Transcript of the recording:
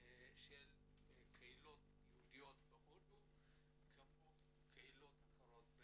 של קהילות יהודיות בהודו כמו קהילות אחרות,